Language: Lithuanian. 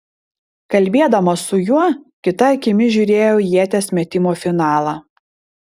kalbėdama su juo kita akimi žiūrėjau ieties metimo finalą